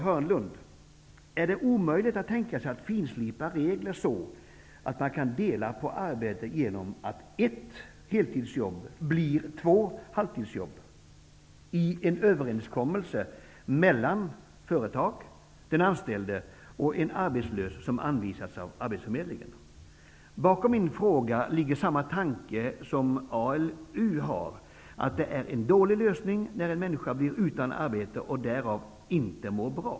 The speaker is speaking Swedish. Hörnlund: Är det omöjligt att tänka sig att finslipa reglerna så att man kan dela på arbete genom att ett heltidsjobb blir två halvtidsjobb genom en överenskommelse mellan företaget, den anställde och en arbetslös som anvisas av arbetsförmedlingen? Bakom min fråga ligger samma tanke som ALU ger uttryck för, nämligen att det är en dålig lösning när en människa blir utan arbete och därför inte mår bra.